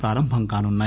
ప్రారంభం కానున్నాయి